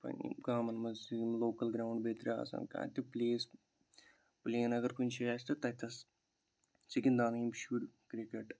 پَنٕنہِ گامَن منٛز یِم لوکَل گرٛاوُنٛڈ بیترِ آسان کانٛہہ تہِ پُلیس پُلین اَگَر کُنہِ جاِیہِ آسہِ تہٕ تَتس چھِ گِنٛدان یِم شُرۍ کِرکٹ